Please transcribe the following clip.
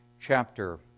chapter